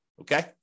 Okay